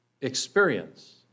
experience